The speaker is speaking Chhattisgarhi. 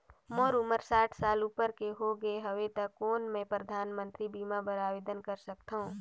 मोर उमर साठ साल ले उपर हो गे हवय त कौन मैं परधानमंतरी बीमा बर आवेदन कर सकथव?